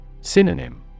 Synonym